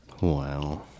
Wow